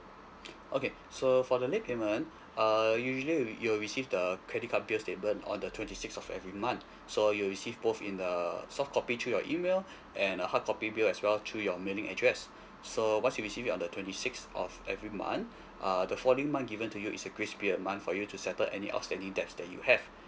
okay so for the late payment uh usually you you'll receive the credit card bill statement on the twenty sixth of every month so you'll receive both in uh softcopy through your email and a hardcopy bill as well through your mailing address so once you receive on the twenty sixth of every month uh the following month given to you is a grace period month for you to settle any outstanding debts that you have